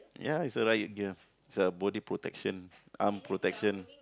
ya it's a riot gear it's a body protection arm protection